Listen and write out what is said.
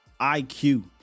IQ